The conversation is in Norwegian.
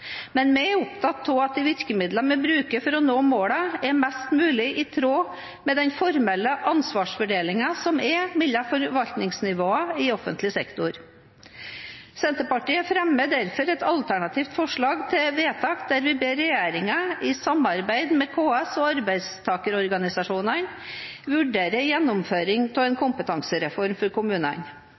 Men vi er opptatt av at de virkemidlene vi bruker for å nå målene, er mest mulig i tråd med den formelle ansvarsfordelingen som er mellom forvaltningsnivåene i offentlig sektor. Senterpartiet fremmer derfor et alternativt forslag hvor vi ber «regjeringen i samarbeid med KS og arbeidstakerorganisasjonene vurdere gjennomføring av en kompetansereform for kommunene».